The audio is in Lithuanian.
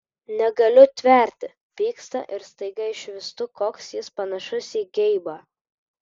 negaliu tverti pyksta ir staiga išvystu koks jis panašus į geibą